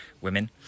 women